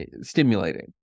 stimulating